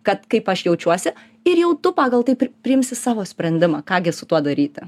kad kaip aš jaučiuosi ir jau tu pagal tai priimsi savo sprendimą ką gi su tuo daryti